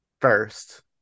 first